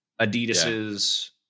Adidas's